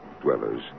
dwellers